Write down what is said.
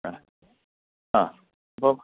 ആ ആ അപ്പോൾ